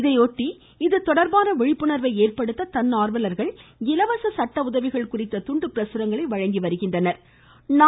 இதையொட்டி இதுதொடர்பான விழிப்புணர்வை ஏற்படுத்த தன்னார்வலர்கள் இலவச சட்ட உதவிகள் குறித்த துண்டு பிரசுரங்களை வழங்கி வருகின்றனர்